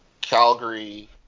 Calgary